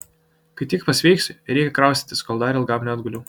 kai tik pasveiksiu reikia kraustytis kol dar ilgam neatguliau